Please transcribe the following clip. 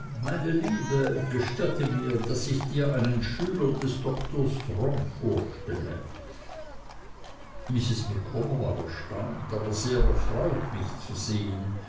meine liebe gestatte mir daß ich dir einen schüler des doktor strong vorstelle mrs micawber war erstaunt aber sehr erfreut mich zu sehen